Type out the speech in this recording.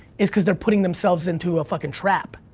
is cause their putting themselves into a fuckin trap.